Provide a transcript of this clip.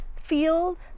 field